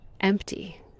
empty